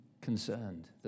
concerned